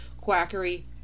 quackery